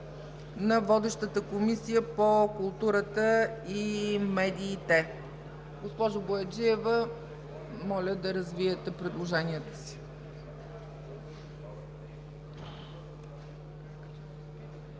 на водещата Комисия по културата и медиите. Госпожо Бояджиева, моля да развитие предложението си.